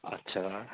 अच्छा